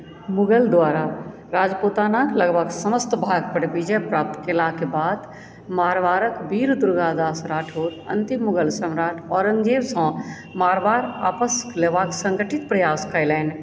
मुगल द्वारा राजपूतानाके लगभग समस्त भागपर विजय प्राप्त केलाक बाद मारवाड़के वीर दुर्गादास राठौर अन्तिम मुगल सम्राट औरङ्गजेबसँ मारवाड़ आपस लेबाके सङ्गठित प्रयास कयलनि